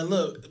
Look